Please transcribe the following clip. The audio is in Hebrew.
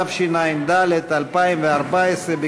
התשע"ד 2014,